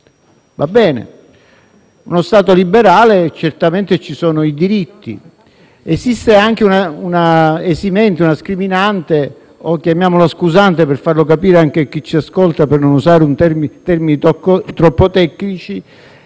Va bene. In uno Stato liberale certamente ci sono i diritti, ma esiste anche un'esimente, una scriminante o scusante, per farlo capire a chi ci ascolta per non usare termini troppo tecnici.